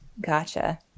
Gotcha